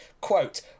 Quote